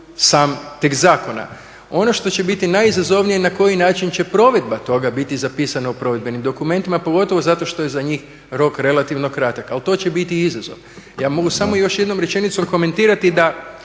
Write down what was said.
sam tekst zakona. Ono što će biti najizazovnije na koji način će provedba toga biti zapisana u provedbenim dokumentima, pogotovo zato što je za njih rok relativno kratak, ali to će biti izazov. Ja mogu samo još jednom rečenicom komentirati da